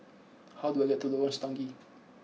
how do I get to Lorong Stangee